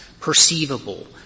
perceivable